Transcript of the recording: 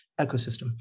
ecosystem